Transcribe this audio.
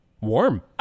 Warm